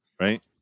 right